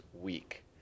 week